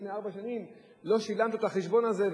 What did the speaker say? לפני ארבע שנים לא שילמת את החשבון הזה,